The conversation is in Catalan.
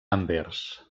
anvers